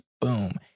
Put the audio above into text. boom